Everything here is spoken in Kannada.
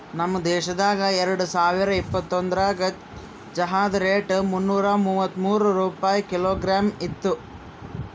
ನಮ್ ದೇಶದಾಗ್ ಎರಡು ಸಾವಿರ ಇಪ್ಪತ್ತೊಂದರಾಗ್ ಚಹಾದ್ ರೇಟ್ ಮುನ್ನೂರಾ ಮೂವತ್ಮೂರು ರೂಪಾಯಿ ಕಿಲೋಗ್ರಾಮ್ ಇತ್ತು